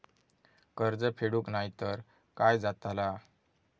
कर्ज फेडूक नाय तर काय जाताला?